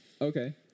Okay